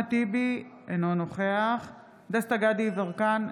אחמד טיבי, אינו נוכח דסטה גדי יברקן,